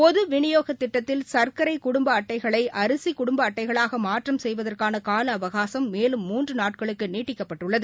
பொதுவிநியோகதிட்டத்தில் சர்க்கரைகுடும்பஅட்டைகளைஅரிசிகுடும்பஅட்டைகளாகமாற்றம் செய்வதற்கானகாலஅவசாகம் மேலும் மூன்றுநாட்களுக்குநீட்டிக்கப்பட்டுள்ளது